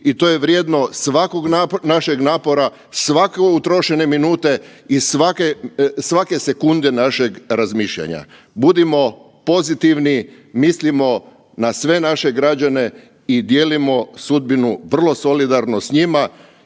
i to je vrijedno svakog našeg napora, svake utrošene minute i svake sekunde našeg razmišljanja. Budimo pozitivni, mislimo na sve naše građane i dijelimo sudbinu vrlo solidarnosti s njima